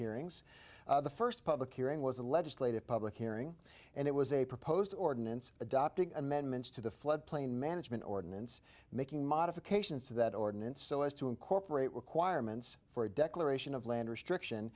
hearings the first public hearing was a legislative public hearing and it was a proposed ordinance adopting amendments to the floodplain management ordinance making modifications to that ordinance so as to incorporate requirements for a declaration of land restriction